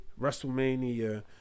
WrestleMania